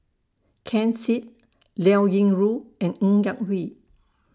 Ken Seet Liao Yingru and Ng Yak Whee